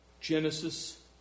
Genesis